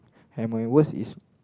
and my worst is